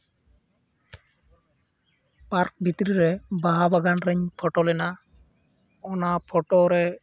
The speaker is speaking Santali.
ᱯᱟᱨᱠ ᱵᱷᱤᱛᱨᱤ ᱨᱮ ᱵᱟᱦᱟ ᱵᱟᱜᱟᱱ ᱨᱤᱧ ᱯᱷᱚᱴᱳ ᱞᱮᱱᱟ ᱚᱱᱟ ᱯᱷᱚᱴᱳ ᱨᱮ